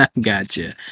Gotcha